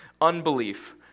Unbelief